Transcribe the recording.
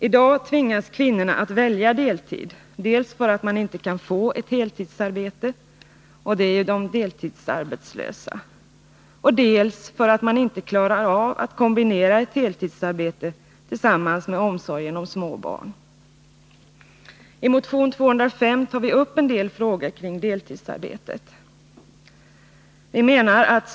I dag tvingas kvinnorna att välja deltid dels för att de inte kan få ett heltidsarbete — det är de deltidsarbetslösa —, dels för att de inte klarar att kombinera ett heltidsarbete med omsorgen om små barn. I motion 205 tar vi upp en del frågor kring deltidsarbetet.